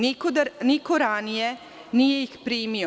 Niko ranije nije ih primio.